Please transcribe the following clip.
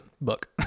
book